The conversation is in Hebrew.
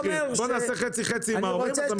בואו נעשה חצי-חצי עם ההורים ואז המחיר יעלה.